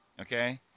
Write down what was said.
okay